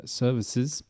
services